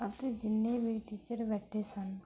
ਅਤੇ ਜਿੰਨੇ ਵੀ ਟੀਚਰ ਬੈਠੇ ਸਨ